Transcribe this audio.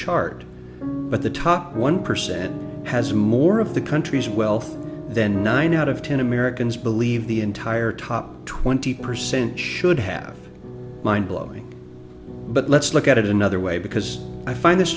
chart but the top one percent has more of the country's wealth then nine out of ten americans believe the entire top twenty percent should have mind blowing but let's look at it another way because i find this